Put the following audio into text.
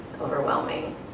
overwhelming